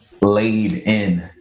laid-in